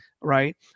right